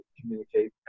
communicate